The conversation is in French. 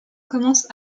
commence